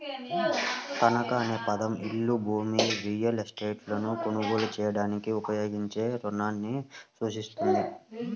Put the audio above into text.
తనఖా అనే పదం ఇల్లు, భూమి, రియల్ ఎస్టేట్లను కొనుగోలు చేయడానికి ఉపయోగించే రుణాన్ని సూచిస్తుంది